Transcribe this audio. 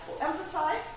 emphasize